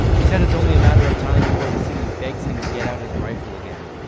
he says it's only a matter of time before the city begs him to get out his rifle again.